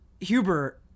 Huber